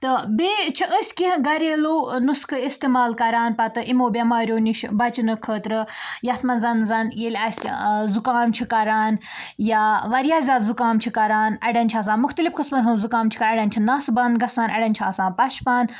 تہٕ بیٚیہِ چھِ أسۍ کینٛہہ گریلوٗ نُسخہٕ اِستعمال کَران پَتہٕ یِمو بٮ۪ماریو نِش بَچنہٕ خٲطرٕ یَتھ منٛز زَن ییٚلہِ اَسہِ زُکام چھُ کَران یا واریاہ زیادٕ زُکام چھُ کَران اَڑٮ۪ن چھِ آسان مُختلِف قٕسمَن ہُنٛد زُکام چھِ کَران اَڑٮ۪ن چھِ نَس بَند گژھان اَڑٮ۪ن چھُ آسان پَشپان